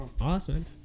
Awesome